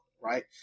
right